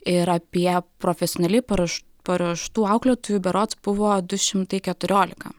ir apie profesionaliai paruoš paruoštų auklėtojų berods buvo du šimtai keturiolika